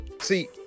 See